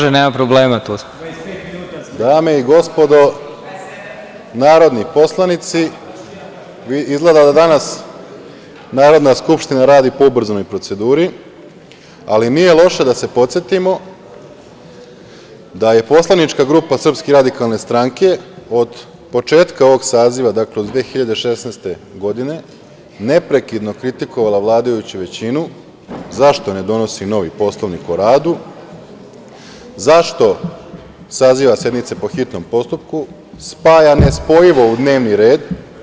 Dame i gospodo narodni poslanici, izgleda da danas Narodna skupština radi po ubrzanoj proceduri, ali nije loše da se podsetimoda je poslanička grupa SRS od početka ovog saziva, dakle od 2016. godine, neprekidno kritikovala vladajuću većinu zašto ne donosi novi Poslovnik o radu, zašto saziva sednice po hitnom postupku, spaja nespojivo u dnevni red?